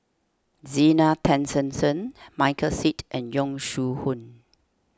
Zena Tessensohn Michael Seet and Yong Shu Hoong